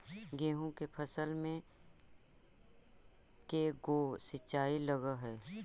गेहूं के फसल मे के गो सिंचाई लग हय?